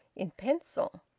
in pencil.